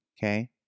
Okay